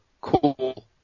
cool